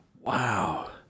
Wow